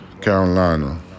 Carolina